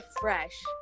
fresh